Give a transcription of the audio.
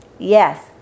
Yes